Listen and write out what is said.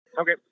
Okay